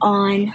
on